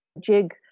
jig